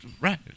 right